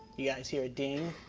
you guys hear a ding?